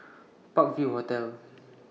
Park View Hotel